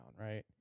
right